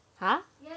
!huh!